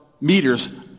meters